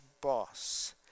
boss